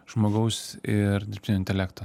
žmogaus ir dirbtinio intelekto